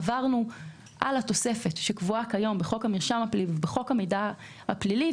עברנו על התוספת שקבועה היום בחוק המרשם הפלילי ובחוק המידע הפלילי,